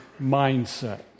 mindset